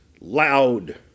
loud